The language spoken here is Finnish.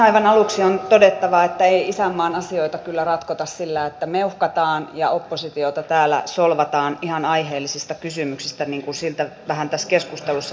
aivan aluksi on todettava että ei isänmaan asioita kyllä ratkota sillä että meuhkataan ja oppositiota täällä solvataan ihan aiheellisista kysymyksistä niin kuin siltä tässä keskustelussa vähän vaikutti